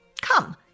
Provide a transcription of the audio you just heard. Come